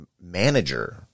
manager